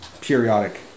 periodic